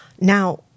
Now